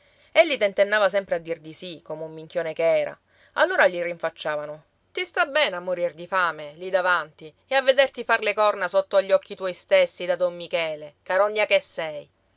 nell'orecchio egli tentennava sempre a dir di sì come un minchione che era allora gli rinfacciavano ti sta bene a morir di fame lì davanti e a vederti far le corna sotto agli occhi tuoi stessi da don michele carogna che sei